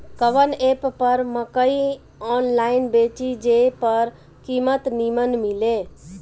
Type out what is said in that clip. कवन एप पर मकई आनलाइन बेची जे पर कीमत नीमन मिले?